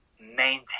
maintain